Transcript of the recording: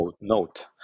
note